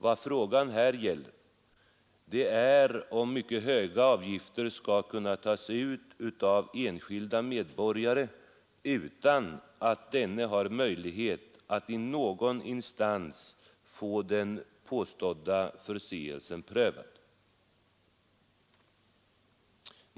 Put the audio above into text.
Vad frågan här gäller är om mycket höga avgifter skall kunna tas ut av enskilda medborgare utan att dessa har möjlighet att i någon instans få den påstådda förseelsen prövad.